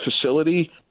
facility –